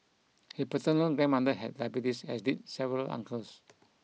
he paternal grandmother had diabetes as did several uncles